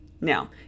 Now